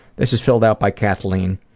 this is filled out by cathleen